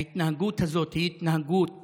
ההתנהגות הזאת היא התנהגות